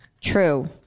True